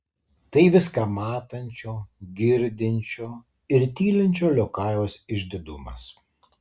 tai viską matančio girdinčio ir tylinčio liokajaus išdidumas